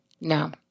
No